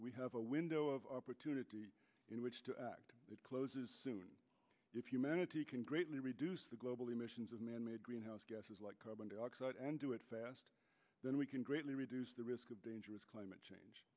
we have a window of opportunity in which to act it closes soon if humanity can greatly reduce the global emissions of manmade greenhouse gases like carbon dioxide and do it fast then we can greatly reduce the risk of dangerous climate change